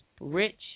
rich